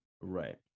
Right